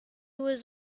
was